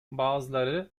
bazıları